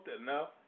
enough